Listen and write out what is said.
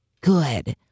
good